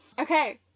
Okay